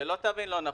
שלא תבין לא נכון,